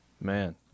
man